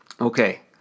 Okay